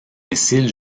missile